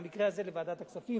במקרה הזה לוועדת הכספים.